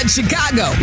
Chicago